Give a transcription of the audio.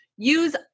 Use